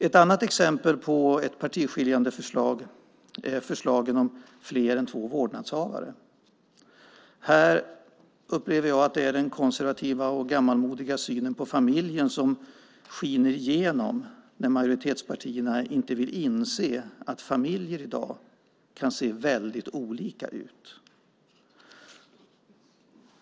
Ett annat exempel på ett partiskiljande förslag är förslagen om fler än två vårdnadshavare. Här upplever jag att det är den konservativa och gammalmodiga synen på familjen som skiner igenom när majoritetspartierna inte vill inse att familjer i dag kan se väldigt olika ut.